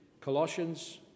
Colossians